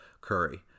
Curry